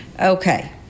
Okay